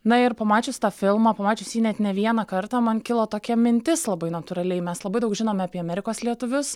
na ir pamačius tą filmą pamačius jį net ne vieną kartą man kilo tokia mintis labai natūraliai mes labai daug žinom apie amerikos lietuvius